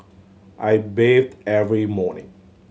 I bathe every morning